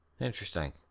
Interesting